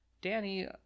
Danny